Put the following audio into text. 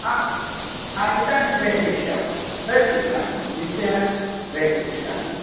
हा हा इदानीं प्रेषयिष्यामि प्रेषयिष्यामि भगिनि निश्चयेन प्रेषयिष्यामि